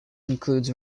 includes